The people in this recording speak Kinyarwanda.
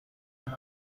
aya